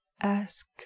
ask